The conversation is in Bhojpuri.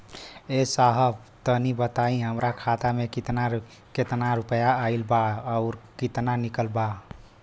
ए साहब तनि बताई हमरे खाता मे कितना केतना रुपया आईल बा अउर कितना निकलल बा?